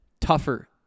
tougher